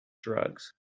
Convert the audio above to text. drugs